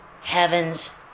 heavens